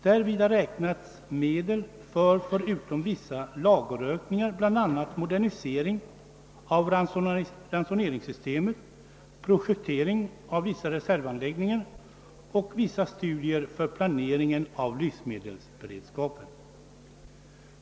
Därvid har medräknats medel för — förutom vissa lagerökningar — bl.a. modernisering av ransoneringssystemet, projektering av vissa reservanläggningar och vissa studier för planeringen av livsmedelsberedskapen.